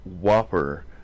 Whopper